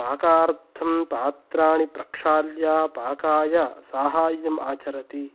पाकार्थं पात्राणि प्रक्षाल्य पाकाय साहाय्यम् आचरति